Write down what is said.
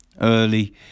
early